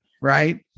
right